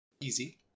Easy